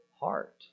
heart